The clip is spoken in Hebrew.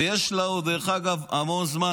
ויש לה עוד המון זמן.